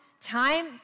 time